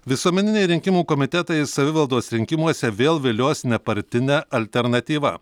visuomeniniai rinkimų komitetai savivaldos rinkimuose vėl vilios nepartine alternatyva